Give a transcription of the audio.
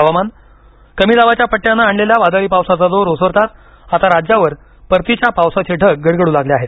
हवामान कमी दाबाच्या पट्टयानं आणलेल्या वादळी पावसाचा जोर ओसरताच आता राज्यावर परतीच्या पावसाचे ढग गडगडू लागले आहेत